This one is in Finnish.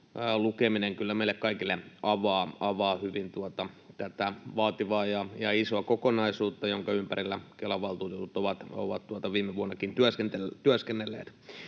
lukeminen kyllä meille kaikille avaa hyvin tätä vaativaa ja isoa kokonaisuutta, jonka ympärillä Kelan valtuutetut ovat viime vuonnakin työskennelleet.